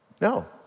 no